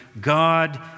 God